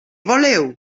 voleu